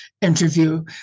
interview